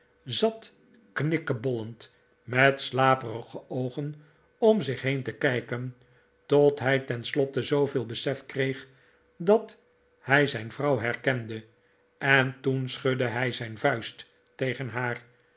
zat knikkebollend met slaperige oogen om zich heen te kijken tot hij tenslotte zooveel besef kreeg dat hij zijn vrouw herkende en toen schudde hij zijn vuist tegen haar